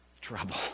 trouble